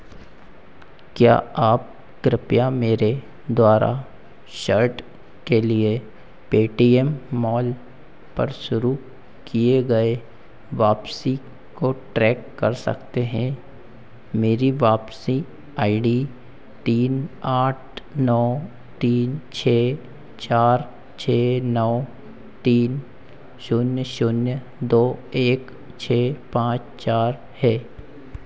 क्या आप कृपया मेरे द्वारा शर्ट के लिए पेटीएम मॉल पर शुरू किए गए वापसी को ट्रैक कर सकते हैं मेरी वापसी आई डी तीन आठ नौ तीन छः चार छः नौ तीन शून्य शून्य दो एक छः पाँच चार है